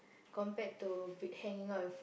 compared to b~ hanging out with